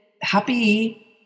happy